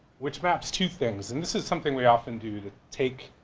which maps two things and this is something we often do to take